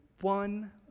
one